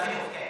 לחינוך, כן.